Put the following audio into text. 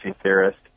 theorist